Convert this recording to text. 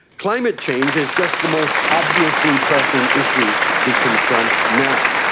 climate change is just the most obviously pressing issue we confront now.